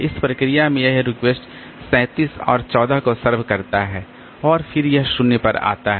इस प्रक्रिया में यह रिक्वेस्ट 37 और 14 को सर्व करता है और फिर यह 0 पर आता है